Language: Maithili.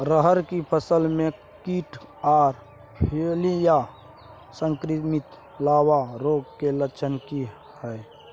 रहर की फसल मे कीट आर फलियां संक्रमित लार्वा रोग के लक्षण की हय?